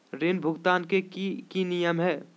ऋण भुगतान के की की नियम है?